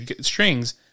strings